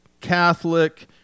Catholic